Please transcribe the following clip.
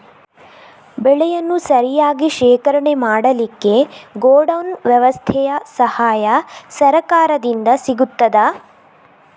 ಬೆಳೆಯನ್ನು ಸರಿಯಾಗಿ ಶೇಖರಣೆ ಮಾಡಲಿಕ್ಕೆ ಗೋಡೌನ್ ವ್ಯವಸ್ಥೆಯ ಸಹಾಯ ಸರಕಾರದಿಂದ ಸಿಗುತ್ತದಾ?